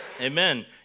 Amen